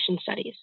studies